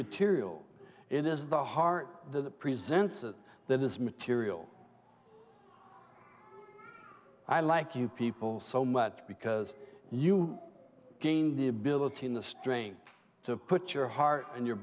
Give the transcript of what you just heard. material it is the heart the presents and that is material i like you people so much because you gain the ability in the strain to put your heart and your